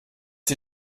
sie